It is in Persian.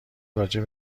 راجع